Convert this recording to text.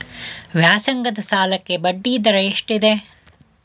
ವ್ಯಾಸಂಗದ ಸಾಲಕ್ಕೆ ಬಡ್ಡಿ ದರ ಎಷ್ಟಿದೆ?